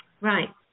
Right